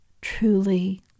truly